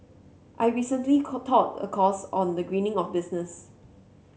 I recently taught a course on the greening of business